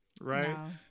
right